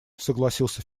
согласился